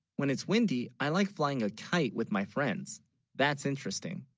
when it's windy i like flying a kite with, my friends that's interesting,